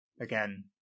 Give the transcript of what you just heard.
Again